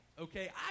Okay